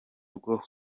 rwo